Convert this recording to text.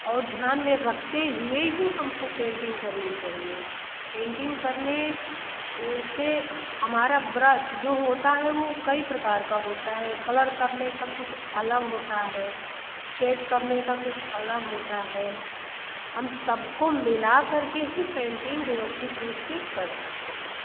और ध्यान में रखते हुए हीं हम को पेंटिंग करनी चाहिए पेंटिंग करने से हमारा ब्रश जो होता है वो कई प्रकार का होता है कलर करने का कुछ अलग होता है शेड करने का कुछ अलग होता है हम सब को मिला कर के ही पेंटिंग व्यवस्थित रूप से कर सकते हैं